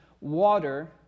Water